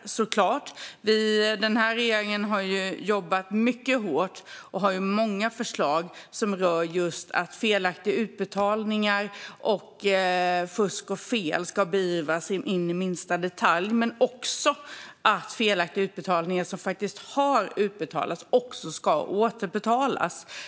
Regeringen har jobbat mycket hårt och har många förslag som rör att felaktiga utbetalningar och fusk och fel ska beivras in i minsta detalj men också att tidigare felaktiga utbetalningar ska återbetalas.